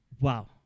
Wow